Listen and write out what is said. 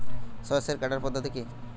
সরষে কাটার পদ্ধতি কি?